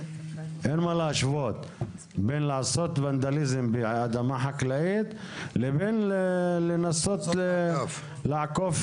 אין מה להשוות בין לעשות ונדליזם באדמה חקלאית לבין לנסות לעקוף